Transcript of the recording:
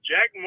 Jack